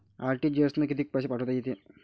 RTGS न कितीक पैसे पाठवता येते?